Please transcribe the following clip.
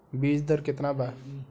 बीज दर केतना वा?